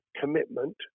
commitment